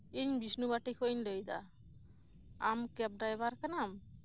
ᱤᱧ ᱵᱤᱥᱱᱩ ᱯᱟᱴᱤ ᱠᱷᱚᱱ ᱤᱧ ᱞᱟᱹᱭ ᱮᱫᱟ ᱟᱢ ᱠᱮᱵᱽ ᱰᱨᱟᱭᱵᱷᱟᱨ ᱠᱟᱱᱟᱢ